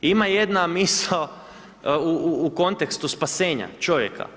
Ima jedan misao u kontekstu spasenja čovjeka.